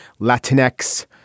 Latinx